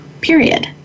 period